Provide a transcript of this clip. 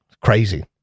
Crazy